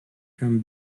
from